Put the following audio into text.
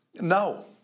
No